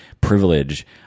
privilege